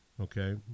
okay